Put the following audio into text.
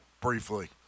briefly